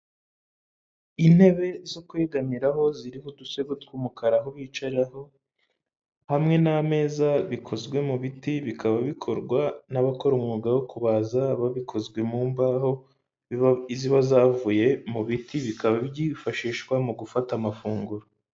Intebe zo kwegamiraho ziriho udusego tw'umukara aho bicaraho, hamwe n'ameza bikozwe mu biti bikaba bikorwa n'abakora umwuga wo kubaza ba bikozwe mu mbaho ziba zavuye mu biti, bikaba byifashishwa mu gufata amafunguro.